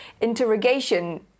interrogation